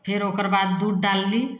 फेर ओकर बाद दूध डालली